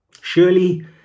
Surely